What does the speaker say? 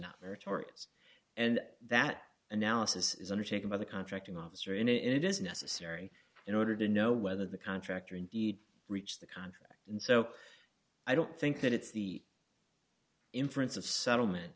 towards and that analysis is undertaken by the contracting officer and it is necessary in order to know whether the contractor indeed breached the contract and so i don't think that it's the inference of settlement